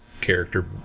character